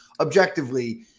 objectively